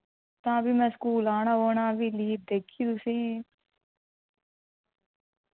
तां फ्ही में स्कूल औना पौना फ्ही लीव देगी तुसेंगी